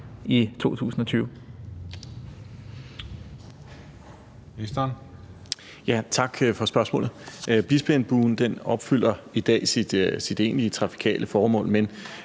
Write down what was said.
(Benny Engelbrecht): Tak for spørgsmålet. Bispeengbuen opfylder i dag sit egentlige trafikale formål, men